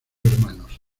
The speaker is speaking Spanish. hermanos